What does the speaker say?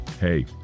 hey